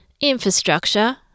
Infrastructure